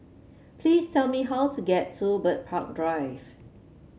please tell me how to get to Bird Park Drive